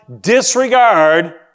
disregard